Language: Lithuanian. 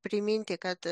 priminti kad